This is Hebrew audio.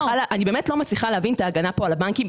--- נבצר מבינתי להבין את ההגנה הזאת על הבנקים.